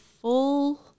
full